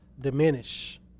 diminish